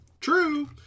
True